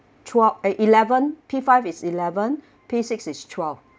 throughout eh eleven P five is eleven P six is twelve